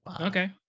okay